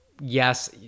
yes